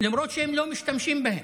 למרות שהם לא משתמשים בהם.